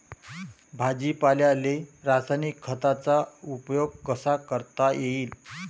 भाजीपाल्याले रासायनिक खतांचा उपयोग कसा करता येईन?